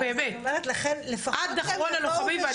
עד אחרון הלוחמים,